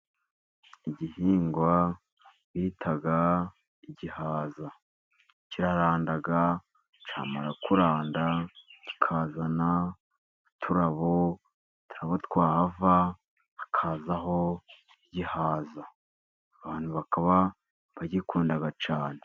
Igihingwa bita igihaza kiraranda cyamara kuranda kikazana uturabo, uturabo twahava hakazaho gihaza. Abantu bakaba bagikunda cyane.